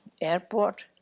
airport